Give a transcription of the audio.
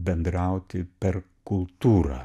bendrauti per kultūrą